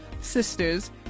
sisters